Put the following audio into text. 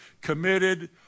committed